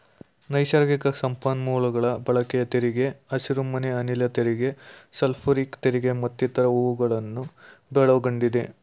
ನೈಸರ್ಗಿಕ ಸಂಪನ್ಮೂಲಗಳ ಬಳಕೆಯ ತೆರಿಗೆ, ಹಸಿರುಮನೆ ಅನಿಲ ತೆರಿಗೆ, ಸಲ್ಫ್ಯೂರಿಕ್ ತೆರಿಗೆ ಮತ್ತಿತರ ಹೂಗಳನ್ನು ಒಳಗೊಂಡಿದೆ